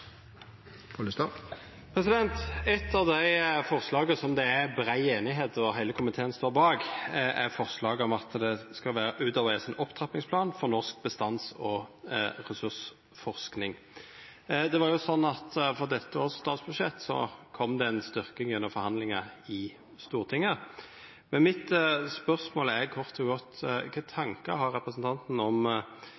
enighet om og hele komiteen står bak, er forslaget om at det skal utarbeides en opptrappingsplan for norsk bestands- og ressursforskning. For dette årets statsbudsjett kom det en styrking gjennom forhandlinger i Stortinget. Men mitt spørsmål er kort og godt: